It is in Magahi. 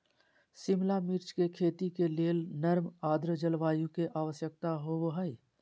शिमला मिर्च के खेती के लेल नर्म आद्र जलवायु के आवश्यकता होव हई